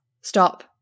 Stop